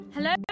Hello